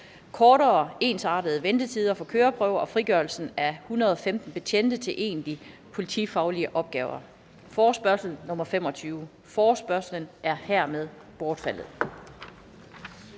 kortere, ensartede ventetider for køreprøver og frigørelse af 115 betjente til egentlig politifaglige opgaver?« (Forespørgsel nr. F 25). Forespørgslen er hermed bortfaldet.